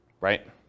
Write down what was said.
Right